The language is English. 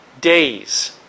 days